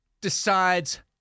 decides